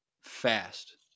fast